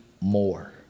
more